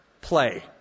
play